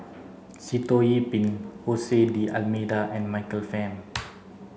Sitoh Yih Pin Jose D'almeida and Michael Fam